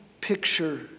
picture